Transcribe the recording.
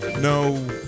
no